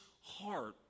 heart